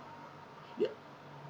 ya